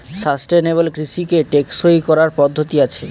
sustainable কৃষিকে টেকসই করার পদ্ধতি আছে